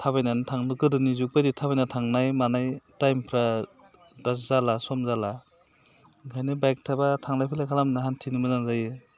थाबायनानै थांनोबो गोदोनि जुग बायदि थांनाय मानाय टाइमफ्रा दा जाला सम जाला ओंखायनो बाइक थाबा थांलाय फैलाय खालामनो हान्थिनो मोजां जायो